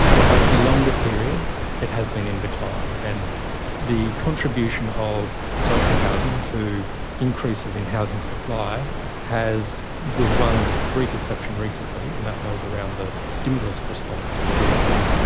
but over the longer period it has been in decline. and the contribution of social housing to increases in housing supply has, with one brief exception recently and that that was around the the stimulus response to the gfc,